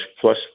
plus